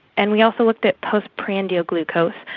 and we also looked at post-prandial glucose,